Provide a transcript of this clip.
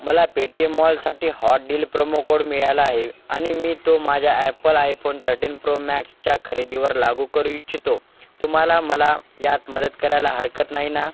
मला Paytm मॉलसाठी hot deal promo code मिळाला आहे आणि मी तो माझ्या ॲपल आयफोन थर्टीन प्रो मॅक्सच्या खरेदीवर लागू करू इच्छितो तुम्हाला मला यात मदत करायला हरकत नाही ना